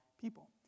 people